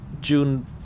June